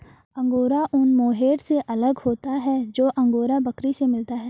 angora ऊन mohair से अलग होता है जो अंगोरा बकरी से मिलता है